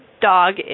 dog